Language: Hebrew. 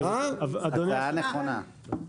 הצעה נכונה.